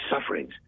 sufferings